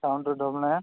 seven two double nine